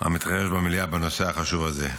המתרחש במדינה בנושא החשוב הזה,